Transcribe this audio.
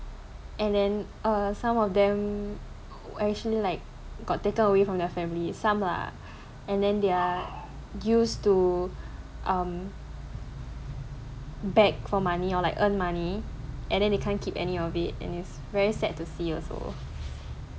and then uh some of them actually like got taken away from their family some lah and then they're used to um beg for money or like earn money and then they can't keep any of it and it's very sad to see also